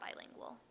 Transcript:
bilingual